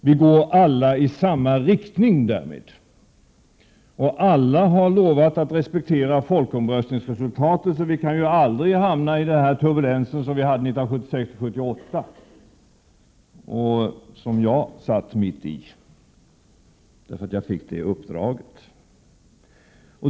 Alla går därmed i samma riktning. Alla har också lovat att respektera folkomröstningsresultatet, varför vi aldrig kan hamna i den turbulens som uppstod 1976-1978 och som jag satt mitt i, därför att jag fick det uppdraget.